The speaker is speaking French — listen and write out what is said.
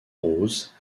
roses